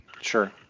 Sure